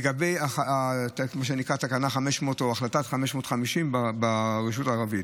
לגבי תקנה 550 ברשות הערבית.